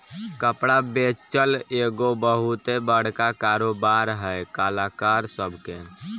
कपड़ा बेचल एगो बहुते बड़का कारोबार है कलाकार सभ के